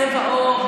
צבע עור,